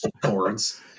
chords